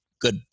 good